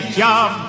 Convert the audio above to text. job